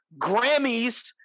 Grammys